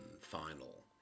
final